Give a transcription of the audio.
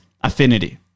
affinity